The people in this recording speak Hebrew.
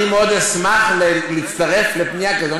אני מאוד אשמח להצטרף לפנייה כזו.